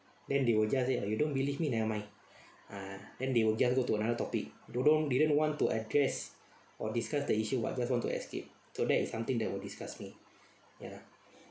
then they will just say you don't believe me never mind ah then they will just go to another topic to them they didn't want to address or discuss the issue but just want to escape so that is something that will disgust me ya